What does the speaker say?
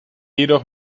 jedoch